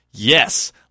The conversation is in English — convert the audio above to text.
Yes